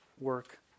work